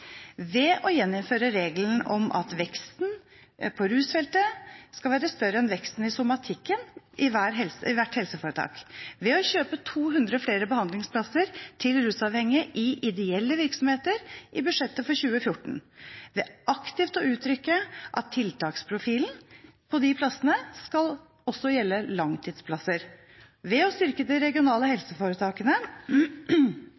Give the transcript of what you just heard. ved å gjeninnføre regelen om at veksten på rusfeltet skal være større enn veksten i somatikken i hvert helseforetak, ved å kjøpe 200 flere behandlingsplasser til rusavhengige i ideelle virksomheter i budsjettet for 2014, ved aktivt å uttrykke at tiltaksprofilen på de plassene også skal gjelde langtidsplasser, ved å styrke de regionale